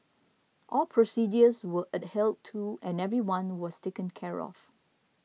all procedures were adhered to and everyone was taken care of